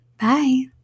Bye